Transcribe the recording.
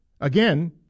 again